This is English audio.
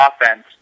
offense